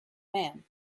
man